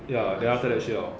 ya then after that 需要